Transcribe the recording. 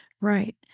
Right